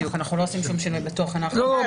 אנחנו לא עושים שום שינוי בתוכן ההכרזה,